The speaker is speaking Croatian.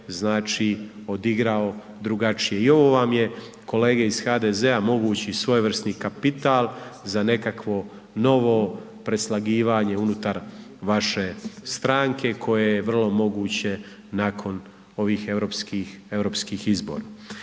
odigrao drugačije. I ovo vam je kolege ih HDZ-a mogući svojevrsni kapital za nekakvo novo preslagivanje unutar vaše stranke koje je vrlo moguće nakon ovih europskih,